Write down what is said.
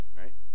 right